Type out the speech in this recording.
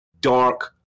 dark